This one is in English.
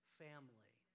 family